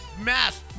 mass